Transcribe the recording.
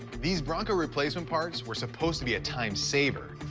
these bronco replacement parts were supposed to be a time saver.